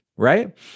Right